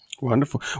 Wonderful